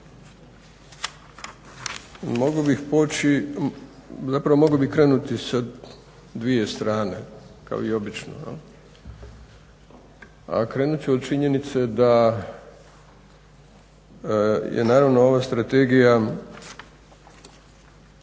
Mogao bih poći, zapravo mogao bi krenuti sa dvije strane kao i obično. A krenut ću od činjenice da je naravno ova strategija